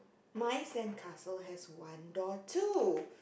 my sandcastle has one door too